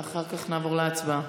ואחר כך נעבור להצבעה.